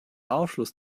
aufschluss